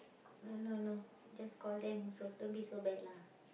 no no no just call them also don't be so bad lah